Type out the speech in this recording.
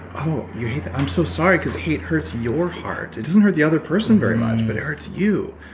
oh, you hate that? i'm so sorry because hate hurts your heart. it doesn't hurt the other person very much but it hurts you,